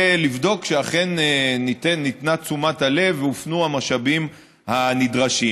לבדוק שאכן ניתנה תשומת הלב והופנו המשאבים הנדרשים.